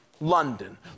London